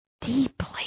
deeply